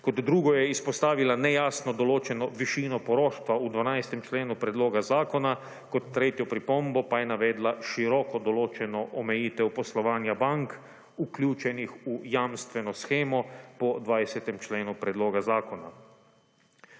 Kot drugo je izpostavila nejasno določeno višino poroštva v 12. členu predlog zakona. Kot tretjo pripombo pa je navedla široko določeno omejitev poslovanja bank, vključenih v jamstveno shemo po 20. členu predloga zakona.